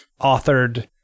authored